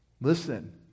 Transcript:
Listen